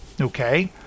Okay